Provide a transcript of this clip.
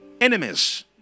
Enemies